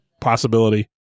possibility